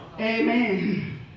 Amen